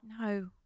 No